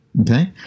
Okay